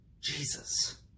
Jesus